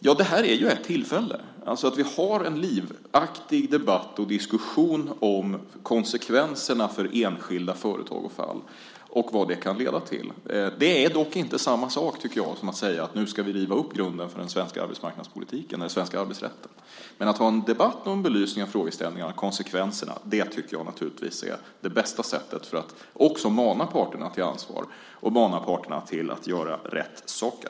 Ja, det här är ju ett sätt - alltså att vi har en livaktig debatt och diskussion om vilka konsekvenser detta kan leda till i olika fall för enskilda företag. Det är inte samma sak, tycker jag, som att säga att vi ska riva upp grunden för den svenska arbetsmarknadspolitiken och arbetsrätten. Men att ha en debatt och en belysning av frågeställningarna och konsekvenserna tycker jag är det bästa sättet att också mana parterna till ansvar och till att göra rätt saker.